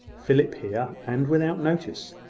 philip here, and without notice!